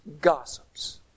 gossips